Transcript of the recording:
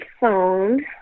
phone